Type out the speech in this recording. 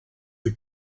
the